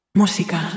música